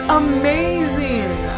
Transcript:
amazing